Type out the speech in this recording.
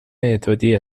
اتودی